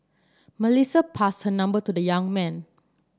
Melissa passed her number to the young man